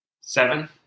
Seven